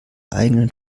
eigenen